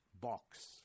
box